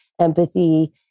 empathy